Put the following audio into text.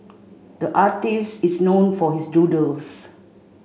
the artist is known for his doodles